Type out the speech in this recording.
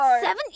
seven